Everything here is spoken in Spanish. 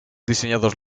diseñados